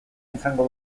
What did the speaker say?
izango